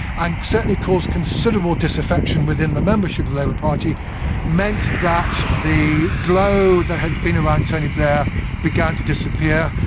and certainly caused considerable disaffection within the membership of the labour party meant that the glow that had been around tony blair began to disappear.